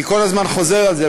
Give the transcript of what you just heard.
אני כל הזמן חוזר על זה,